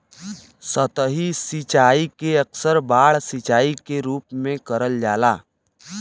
सतही सिंचाई के अक्सर बाढ़ सिंचाई के रूप में करल जाला